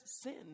sin